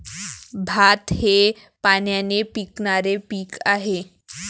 भात हे पाण्याने पिकणारे पीक आहे